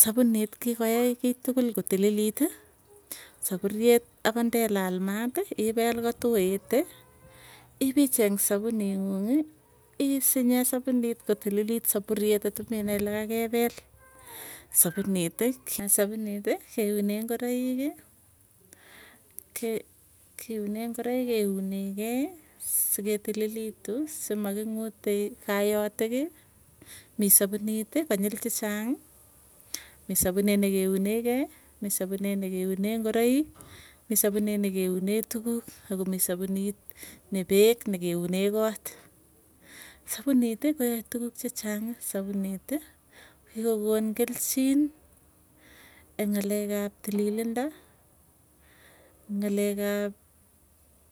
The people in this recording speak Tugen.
Sapunit kikoyai kiiy tukul kotililiti, sapuriet akot ndelal maati ipel kotuit ipicheng sapunii nguung isinye sapunit kotililit sapuriet atimenae ile kakepel sapuniti keny sapuniti keunee ngoroik, ke keunee ngoroik keunekei siketililitu, simaking'ute kayotik kayotik mii sapuniti konyil chechang'ii mii sapunit nekeunekei mii sapunit nekeunee ngoroik, mii sapunit nekeunee tuguk ako mii sapunit ne peek nekeunee koot sapuniti, koyae tukuk chechang sapuniti, kikokon kelchin eng ng'alek ap tililindo ing ngalek ap.